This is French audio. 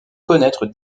connaitre